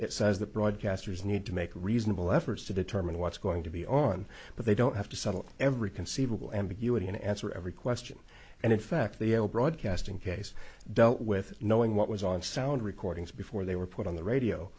it says that broadcasters need to make reasonable efforts to determine what's going to be on but they don't have to settle every conceivable ambiguity and answer every question and in fact the able broadcasting case dealt with knowing what was on sound recordings before they were put on the radio